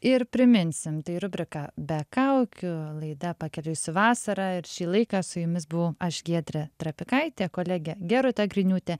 ir priminsim tai rubrika be kaukių laida pakeliui su vasara ir šį laiką su jumis buvau aš giedrė trapikaitė kolegė gerūta griniūtė